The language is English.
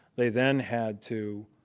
they then had to